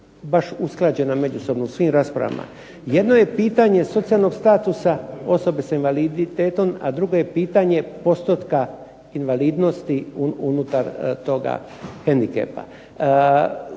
baš usklađena međusobno u svim raspravama. Jedno je pitanje socijalnog statusa osobe sa invaliditetom, a drugo je pitanje postotka invalidnosti unutar toga hendikepa.